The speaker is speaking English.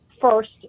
first